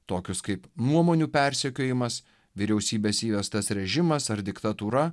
tokius kaip nuomonių persekiojimas vyriausybės įvestas režimas ar diktatūra